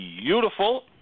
beautiful